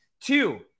Two